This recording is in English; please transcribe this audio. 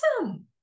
awesome